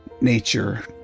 nature